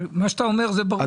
מה שאתה אומר זה ברור.